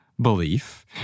belief